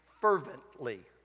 fervently